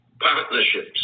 partnerships